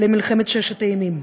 למלחמת ששת הימים.